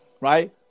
right